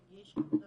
מרגיש אובדנות.